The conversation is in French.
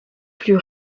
plus